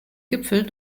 gipfel